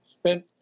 spent